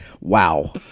Wow